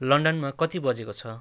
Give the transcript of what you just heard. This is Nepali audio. लन्डनमा कति बजेको छ